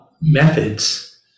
methods